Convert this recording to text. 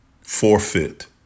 forfeit